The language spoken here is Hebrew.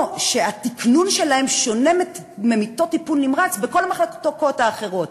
או שהתקנון שלהן שונה ממיטות טיפול נמרץ בכל המחלקות האחרות.